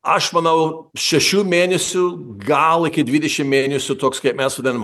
aš manau šešių mėnesių gal iki dvidešim mėnesių toks kaip mes vadinam